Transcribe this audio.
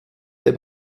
der